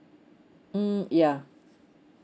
mm yeah